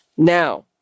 Now